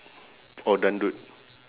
or dangdut